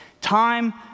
Time